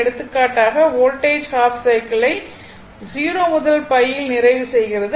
எடுத்துக்காட்டாக voltage half சைக்கிளை 0 முதல் π இல் நிறைவு செய்கிறது